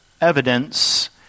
evidence